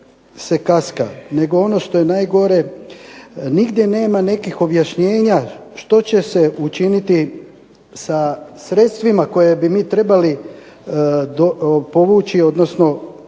se kaska nego ono što je najgore nigdje nema nekih objašnjenja što će se učiniti sa sredstvima koje bi mi trebali povući, odnosno